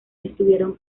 estuvieron